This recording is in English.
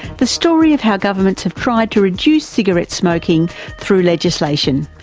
the story of how governments have tried to reduce cigarette smoking through legislation.